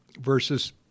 Versus